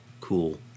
cool